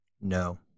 No